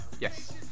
yes